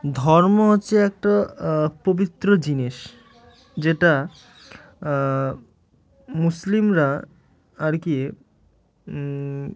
ধর্ম হচ্ছে একটা পবিত্র জিনিস যেটা মুসলিমরা আর কি